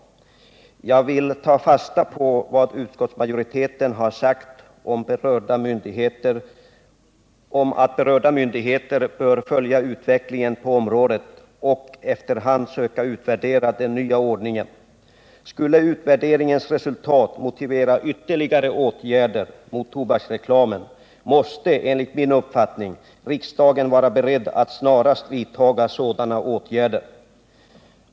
Jag vill ta fasta på vad utskottsmajoriteten har sagt om att berörda myndigheter bör följa utvecklingen på området och efter hand söka utvärdera den nya ordningen. Skulle utvärderingens resultat motivera ytterligare åtgärder mot tobaksreklamen måste, enligt min uppfattning, riksdagen vara beredd att snarast vidta sådana åtgärder.